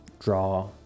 Draw